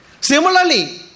Similarly